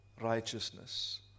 Righteousness